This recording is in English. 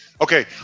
Okay